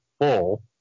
full